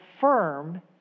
firm